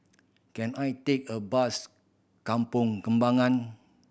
can I take a bus Kampong Kembangan